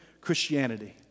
Christianity